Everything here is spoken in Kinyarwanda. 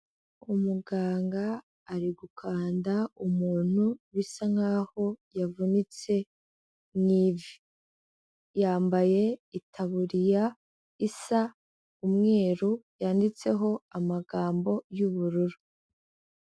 Umuganga ari gukanda umuntu bisa nkaho yavunitse mu ivi, yambaye itaburiya isa umweru yanditseho amagambo y'ubururu.